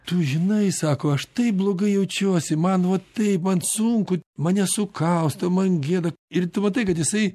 tu žinai sako aš taip blogai jaučiuosi man vat taip man sunku mane sukausto man gėda ir tu matai kad jisai